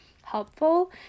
helpful